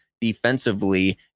defensively